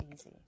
easy